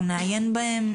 אנחנו נעיין בהן,